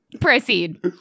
Proceed